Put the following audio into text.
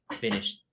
finished